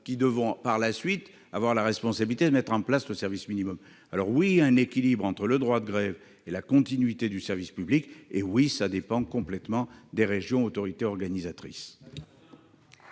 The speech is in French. sans avoir ensuite la responsabilité de mettre en place le service minimum. Oui, il faut un équilibre entre le droit de grève et la continuité du service public. Eh oui, cela dépend entièrement des régions autorités organisatrices